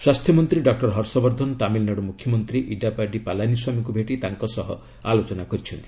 ସ୍ୱାସ୍ଥ୍ୟମନ୍ତ୍ରୀ ଡକ୍ଟର ହର୍ଷବର୍ଦ୍ଧନ ତାମିଲନାଡୁ ମୁଖ୍ୟମନ୍ତ୍ରୀ ଇଡାପାଡି ପାଲାନି ସ୍ୱାମୀଙ୍କୁ ଭେଟି ତାଙ୍କ ସହ ଆଲୋଚନା କରିଛନ୍ତି